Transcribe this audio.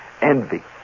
Envy